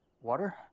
Water